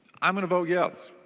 i'm going to vote yes.